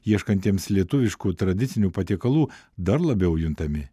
ieškantiems lietuviškų tradicinių patiekalų dar labiau juntami